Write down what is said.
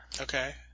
Okay